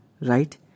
right